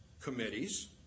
committees